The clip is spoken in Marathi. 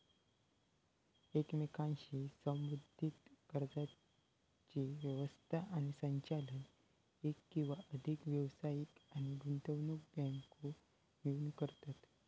एकमेकांशी संबद्धीत कर्जाची व्यवस्था आणि संचालन एक किंवा अधिक व्यावसायिक आणि गुंतवणूक बँको मिळून करतत